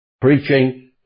preaching